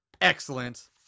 excellent